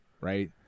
right